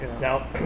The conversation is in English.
Now